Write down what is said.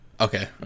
okay